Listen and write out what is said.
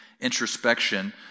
introspection